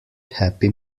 happy